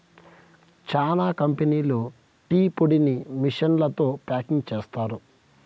చానా కంపెనీలు టీ పొడిని మిషన్లతో ప్యాకింగ్ చేస్తారు